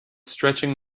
stretching